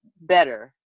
better